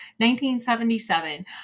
1977